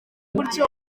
gutyo